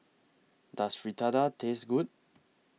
Does Fritada Taste Good